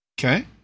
Okay